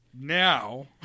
Now